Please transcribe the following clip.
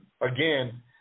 again